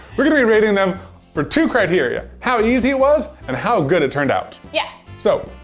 we're gonna be rating them for two criteria, how easy it was and how good it turned out. yeah. so,